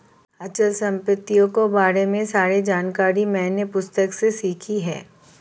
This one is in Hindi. अचल संपत्तियों के बारे में सारी जानकारी मैंने पुस्तक से सीखी है